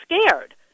scared